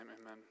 amen